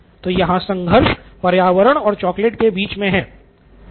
तो यहाँ संघर्ष पर्यावरण और चॉकलेट के बीच है